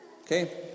Okay